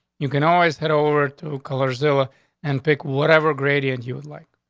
you can always head over to color scylla and pick whatever grady and you would like.